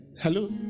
Hello